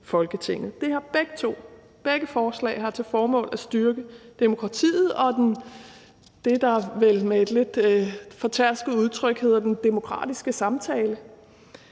i Folketinget. Begge forslag har til formål at styrke demokratiet og det, der vel med et lidt fortærsket udtryk hedder den demokratiske samtale.